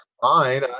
fine